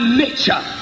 nature